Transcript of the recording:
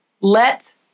Let